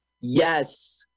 Yes